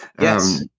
yes